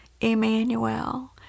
Emmanuel